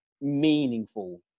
meaningful